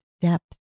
depth